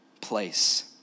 place